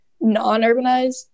non-urbanized